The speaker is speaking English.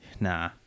Nah